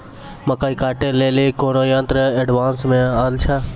मकई कांटे ले ली कोनो यंत्र एडवांस मे अल छ?